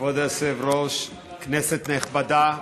כבוד היושב-ראש, כנסת נכבדה,